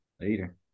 Later